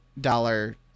dollar